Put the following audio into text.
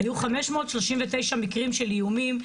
היו 539 מקרים של איומים,